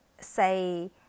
say